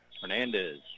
Hernandez